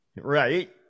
right